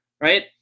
right